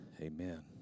amen